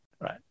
right